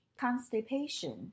constipation